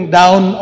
down